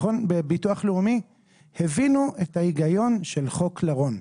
בביטוח לאומי הבינו את ההיגיון של חוק לרון.